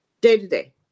Day-to-day